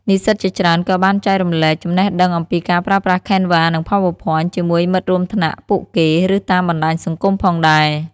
និស្សិតជាច្រើនក៏បានចែករំលែលចំណេះដឹងអំពីការប្រើប្រាស់ Canva និង PowerPoint ជាមួយមិត្តរួមថ្នាក់ពួកគេ ឬតាមបណ្ដាញសង្គមផងដែរ។